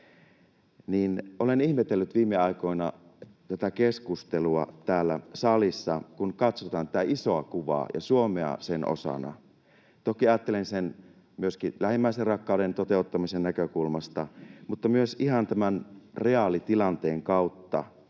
suuri. Olen ihmetellyt viime aikoina tätä keskustelua täällä salissa, kun katsotaan tätä isoa kuvaa ja Suomea sen osana. Toki ajattelen sitä myöskin lähimmäisenrakkauden toteuttamisen näkökulmasta mutta myös ihan tämän reaalitilanteen kautta.